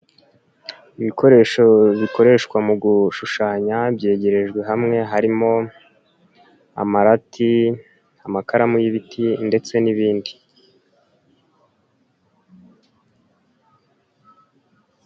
Ibikoresho bikoreshwa mu gushushanya byegerejwe hamwe, harimo amarati, amakaramu y'ibiti, ndetse n'ibindi.